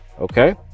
okay